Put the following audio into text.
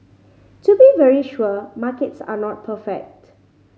to be very sure markets are not perfect